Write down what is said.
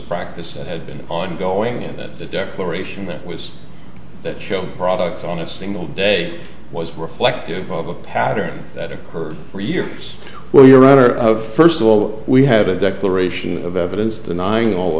practice that had been ongoing and that the declaration that was that show products on a single day was reflective of a pattern that occurred for years where your honor of first of all we have a declaration of evidence denying all